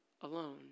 alone